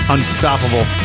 Unstoppable